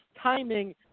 timing